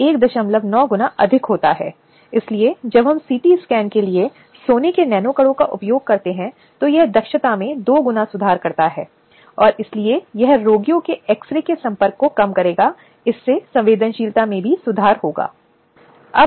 जांच के दौरान उसे सहयोग करना चाहिए और यह सुनिश्चित करने के लिए उचित उपाय की तलाश करनी चाहिए कि उल्लंघन करने वाले या परेशान करने वाले के खिलाफ प्रभावी कार्रवाई या उचित कार्रवाई की जाए